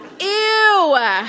Ew